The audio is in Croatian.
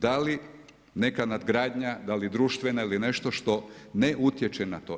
Dali neka nadgradnja, da li društveno ili nešto što ne utječe na to?